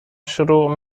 شروع